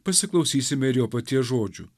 pasiklausysime ir jo paties žodžių